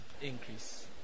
increase